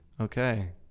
Okay